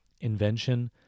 invention